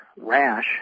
rash